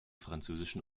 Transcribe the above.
französischen